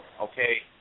okay